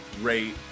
rate